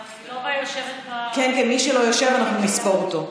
לא יושבת, כן, מי שלא יושב, אנחנו נספור אותו.